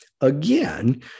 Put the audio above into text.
Again